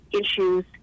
issues